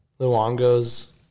Luongo's